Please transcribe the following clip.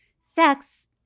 sex